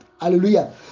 Hallelujah